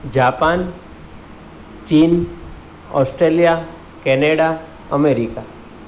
Japan China Australia Canada America